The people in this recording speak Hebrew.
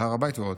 על הר הבית ועוד.